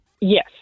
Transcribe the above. yes